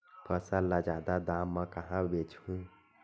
फसल ल जादा दाम म कहां बेचहु?